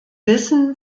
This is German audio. wissen